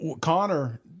Connor